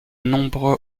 nombreux